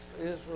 Israel